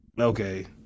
Okay